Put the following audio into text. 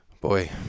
Boy